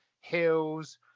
hills